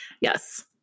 Yes